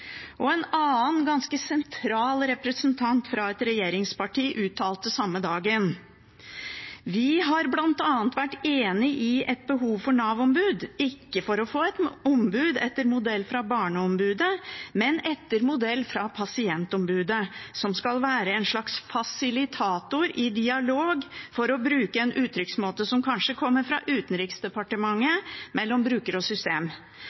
En annen, ganske sentral representant fra et regjeringsparti uttalte samme dagen: «Vi har bl.a. vært enig i behovet for et Nav-ombud – ikke for å få et ombud etter modell fra f.eks. barneombudet, men etter modell fra pasientombudet – som skal være en slags fasilitator for dialog, for å bruke en uttrykksmåte som kanskje kunne kommet fra Utenriksdepartementet, mellom bruker og system.